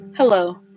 Hello